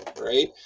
right